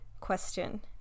question